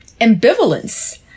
ambivalence